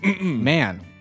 Man